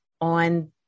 on